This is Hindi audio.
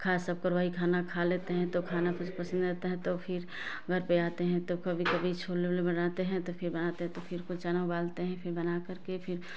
खा सब कर वही खाना खा लेते हैं तो खाना फिर पसंद आता है तो फिर घर पर आते हैं तो कभी कभी छोले उले बनाते हैं तो फिर बनाते हैं तो फिर चना उबालते हैं फिर बना करके फिर